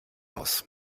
aus